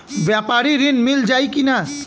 व्यापारी ऋण मिल जाई कि ना?